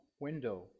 window